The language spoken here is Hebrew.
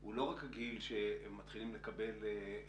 הוא לא רק הגיל שמתחילים לקבל את